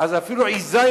אז אפילו עיזה,